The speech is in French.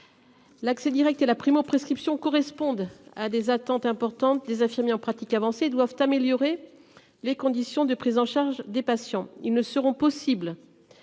L'accès Direct et la primo-prescription correspondent à des attentes importantes des infirmiers en pratique avancée doivent améliorer les conditions de prise en charge des patients, ils ne seront possibles.